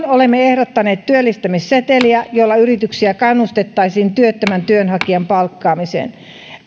olemme ehdottaneet työllistämisseteliä jolla yrityksiä kannustettaisiin työttömän työnhakijan palkkaamiseen